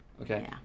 Okay